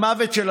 רעיון כזה.